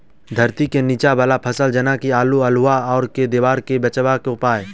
धरती केँ नीचा वला फसल जेना की आलु, अल्हुआ आर केँ दीवार सऽ बचेबाक की उपाय?